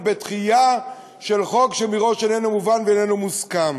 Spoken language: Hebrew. בדחייה של חוק שמראש איננו מובן ואיננו מוסכם.